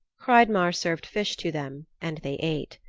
hreidmar served fish to them and they ate.